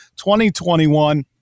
2021